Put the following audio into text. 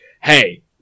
hey